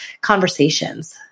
conversations